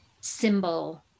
symbol